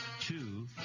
two